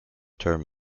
term